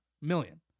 Million